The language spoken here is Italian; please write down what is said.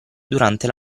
durante